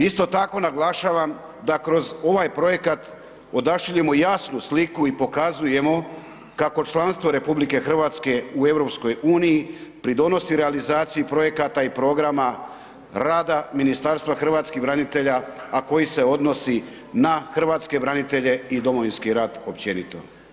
Isto tako naglašavam da kroz ovaj projekat odašiljemo jasnu sliku i pokazujemo kako članstvo RH u EU pridonosi realizaciji projekata i programa rada Ministarstva hrvatskih branitelja, a koji se odnosi na hrvatske branitelje i domovinski rat općenito.